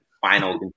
final